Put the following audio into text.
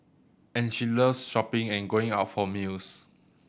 and she loves shopping and going out for meals